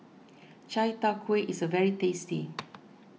Chai Tow Kway is very tasty